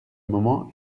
moment